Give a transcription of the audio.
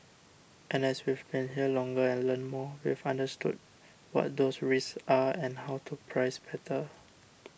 and as we've been here longer and learnt more we've understood what those risks are and how to price better